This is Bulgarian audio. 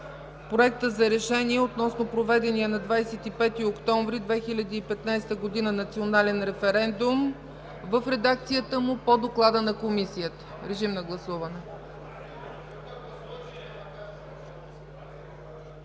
Проекта за решение относно проведения на 25 октомври 2015 г. Национален референдум в редакцията му по доклада на Комисията. Гласували